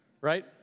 right